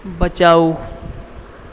बचाउ